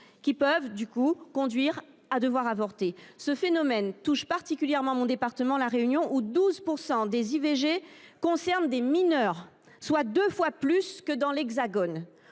qui peuvent conduire les femmes à devoir avorter. Ce phénomène touche particulièrement mon département, La Réunion, où 12 % des IVG concernent des mineures, soit deux fois plus que dans l’Hexagone.